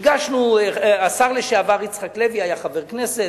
הגשנו, השר לשעבר יצחק לוי היה חבר כנסת,